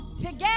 Together